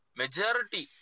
majority